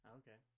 okay